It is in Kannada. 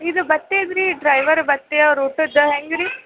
ಇದು ಭತ್ತೆದು ರಿ ಡ್ರೈವರ್ ಭತ್ತೆ ಅವ್ರು ಊಟದ್ದು ಹೆಂಗೆ ರಿ